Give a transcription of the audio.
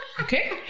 Okay